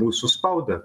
mūsų spaudą